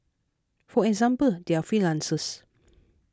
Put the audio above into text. for example they are freelancers